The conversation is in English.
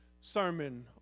Sermon